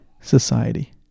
society